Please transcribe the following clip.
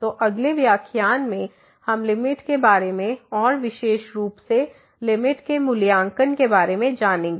तो अगले व्याख्यान में हम लिमिट के बारे में और विशेष रूप से लिमिट के मूल्यांकन के बारे में जानेंगे